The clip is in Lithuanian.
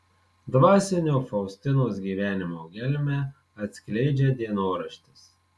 dvasinio faustinos gyvenimo gelmę atskleidžia dienoraštis